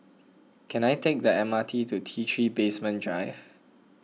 can I take the M R T to T three Basement Drive